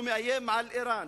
שמאיים על אירן,